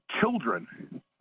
children